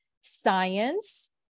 science